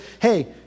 hey